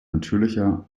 natürlicher